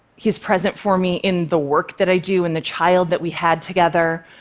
he's present for me in the work that i do, in the child that we had together,